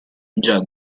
già